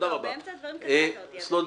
אבל באמצע הדברים קטעת אותי, אדוני.